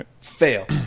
Fail